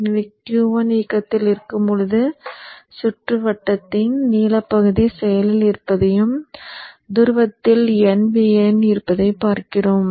எனவே Q1 இயக்கத்தில் இருக்கும் போது சுற்றுவட்டத்தின் நீலப் பகுதி செயலில் இருப்பதையும் துருவத்தில் nVin இருப்பதையும் பார்க்கிறோம்